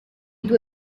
due